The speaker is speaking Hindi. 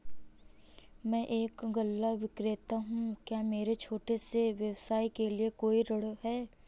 मैं एक गल्ला विक्रेता हूँ क्या मेरे छोटे से व्यवसाय के लिए कोई ऋण है?